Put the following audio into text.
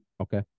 Okay